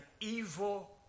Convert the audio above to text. evil